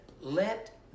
let